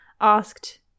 asked